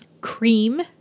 Cream